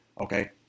okay